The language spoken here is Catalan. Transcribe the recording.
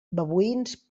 babuïns